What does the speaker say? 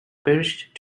perished